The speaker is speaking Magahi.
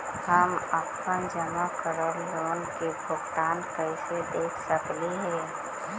हम अपन जमा करल लोन के भुगतान कैसे देख सकली हे?